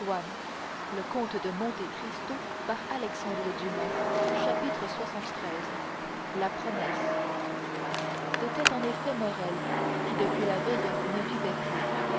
la voix de maximilien lxxiii la promesse c'était en effet morrel qui depuis la veille ne vivait plus